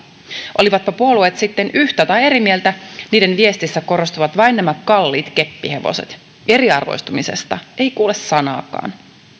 olivatpa puolueet sitten yhtä tai eri mieltä niiden viestissä korostuvat vain nämä kalliit keppihevoset eriarvoistumisesta ei kuule sanaakaan